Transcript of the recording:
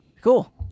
Cool